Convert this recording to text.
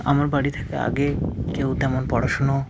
আমার বাড়ি থেকে আগে কেউ তেমন পড়াশুনো